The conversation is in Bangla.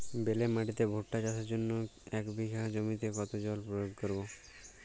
বেলে মাটিতে ভুট্টা চাষের জন্য এক বিঘা জমিতে কতো জল প্রয়োগ করব?